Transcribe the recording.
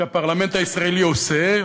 שהפרלמנט הישראלי עושה,